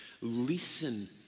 Listen